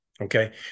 Okay